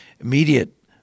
immediate